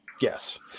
Yes